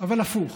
אבל הפוך,